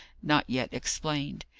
not yet explained.